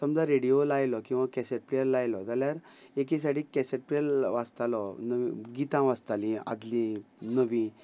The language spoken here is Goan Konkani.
समजा रेडिओ लायलो किंवा कॅसेट प्लेयर लायलो जाल्यार एकी सायडीक कॅसेट प्लेयर वाजतालो गितां वाजताली आदली नवी